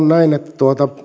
näin että